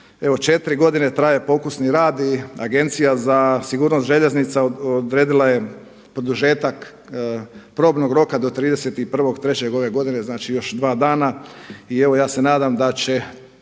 četiri godine traje pokusni rad i Agencija za sigurnost željeznica odredila je produžetak probnog roka do 31.3. ove godine znači još dva dana